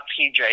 PJ